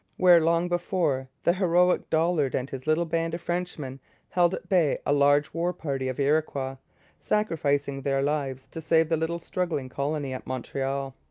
where long before the heroic dollard and his little band of frenchmen held at bay a large war party of iroquois sacrificing their lives to save the little struggling colony at montreal.